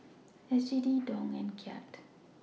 S G D Dong and Kyat